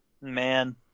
Man